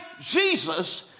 Jesus